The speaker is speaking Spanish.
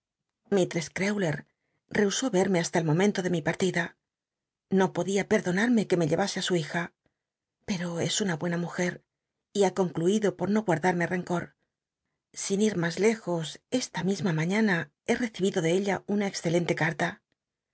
lislrcss crewler rehusó ermc hasta el momenlo ele mi partida no podía perdonarme que me lle'asc ü su hija pero es una buena mujer y ha concluido por no guardarme rencor sin ir m h ll'jus esta mi ma maiíana he rcdbido de ella una excelente carla